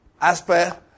Asper